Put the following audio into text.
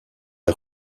est